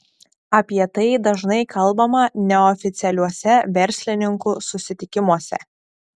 apie tai dažnai kalbama neoficialiuose verslininkų susitikimuose